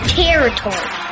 territory